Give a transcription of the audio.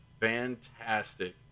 fantastic